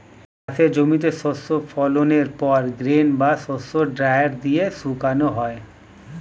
চাষের জমিতে শস্য ফলনের পর গ্রেন বা শস্য ড্রায়ার দিয়ে শুকানো হয়